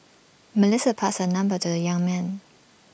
Melissa passed her number to the young man